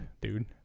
dude